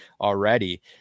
already